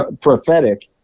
prophetic